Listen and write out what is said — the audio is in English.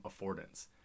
affordance